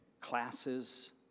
classes